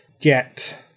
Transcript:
get